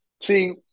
See